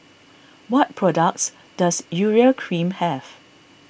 what products does Urea Cream have